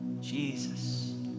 Jesus